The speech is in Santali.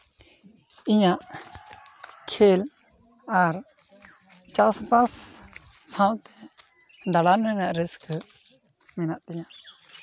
ᱤᱧᱟᱹᱜ ᱠᱷᱮᱞ ᱟᱨ ᱪᱟᱥᱼᱵᱟᱥ ᱥᱟᱶᱛᱮ ᱫᱟᱬᱟᱱ ᱨᱮᱱᱟᱜ ᱨᱟᱹᱥᱠᱟᱹ ᱢᱮᱱᱟᱜ ᱛᱤᱧᱟ